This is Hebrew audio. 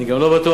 אני גם לא בטוח,